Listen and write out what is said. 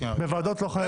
בוועדות לא חייבים.